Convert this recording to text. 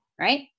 right